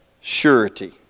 surety